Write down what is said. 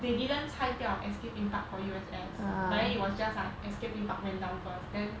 they didn't 拆掉 escape theme park for U_S_S but then it was just a escape theme park went down first then